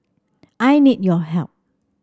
I need your help